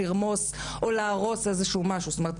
לרמוס או להרוס משהו זאת אומרת,